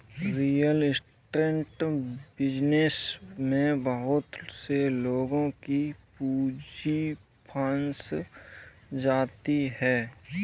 real estate business में बहुत से लोगों की पूंजी फंस जाती है